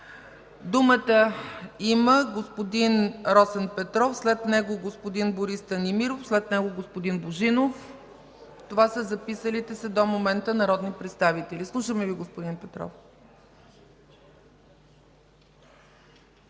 Думата има господин Росен Петров, след него – господин Борис Станимиров, след него – господин Божинов. Това са записалите се до момента народни представители. Слушаме Ви, господин Петров.